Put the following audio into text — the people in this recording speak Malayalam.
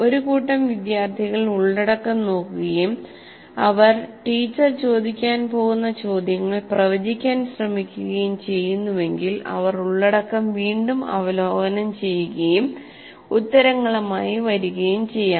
ഒരു കൂട്ടം വിദ്യാർത്ഥികൾ ഉള്ളടക്കം നോക്കുകയും അവർ ടീച്ചർ ചോദിക്കാൻ പോകുന്ന ചോദ്യങ്ങൾ പ്രവചിക്കാൻ ശ്രമിക്കുകയും ചെയ്യുന്നുവെങ്കിൽഅവർ ഉള്ളടക്കം വീണ്ടും അവലോകനം ചെയ്യുകയും ഉത്തരങ്ങളുമായി വരികയും ചെയ്യാം